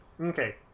Okay